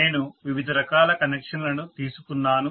నేను వివిధ రకాల కనెక్షన్ లను తీసుకున్నాను